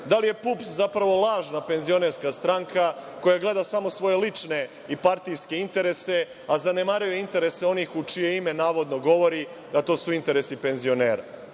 Da li je PUPS zapravo lažna penzionerska stranka koja gleda samo svoje lične i partijske interese, a zanemaruje interese onih u čije ime navodno govori, a to su interesi penzionera?